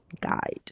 guide